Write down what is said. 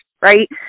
right